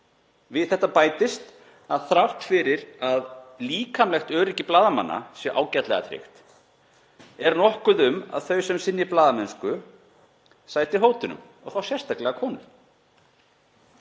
Við þetta bætist að þrátt fyrir að líkamlegt öryggi blaðamanna sé ágætlega tryggt er nokkuð um að þau sem sinna blaðamennsku sæti hótunum og þá sérstaklega konur.